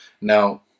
Now